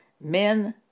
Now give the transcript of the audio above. men